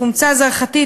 חומצה זרחתית,